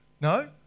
No